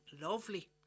Lovely